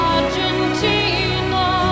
Argentina